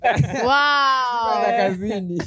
wow